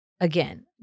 again